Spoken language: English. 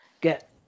get